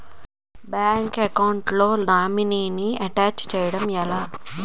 Bank account లో నామినీగా attach చేయడం ఎలా?